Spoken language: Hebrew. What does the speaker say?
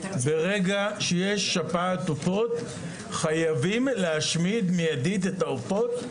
ברגע שיש שפעת עופות חייבים להשמיד את העופות מיידית,